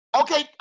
Okay